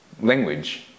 Language